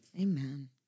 Amen